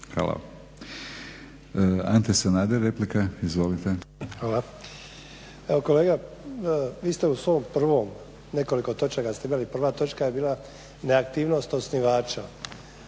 Hvala. Ante Sanader, replika. Izvolite. **Sanader, Ante (HDZ)** Hvala. Evo kolega vi ste u svom prvom, nekoliko točaka ste imali, prva točka je bila neaktivnost osnivača.